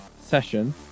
session